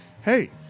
hey